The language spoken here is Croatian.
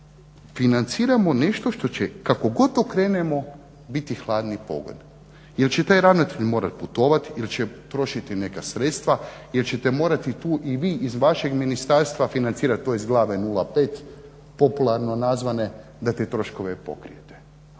financiramo nešto što će kako god okrenemo biti hladni pogled jer će taj ravnatelj morati putovati il će trošiti neka sredstva, jer ćete morati tu i vi iz vašeg ministarstva financirati, to iz glave 05 popularno nazvane da te troškove pokrijete.